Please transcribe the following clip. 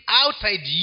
outside